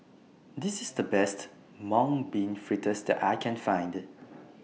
This IS The Best Mung Bean Fritters that I Can Find